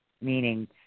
meaning